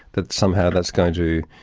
that somehow that's going to,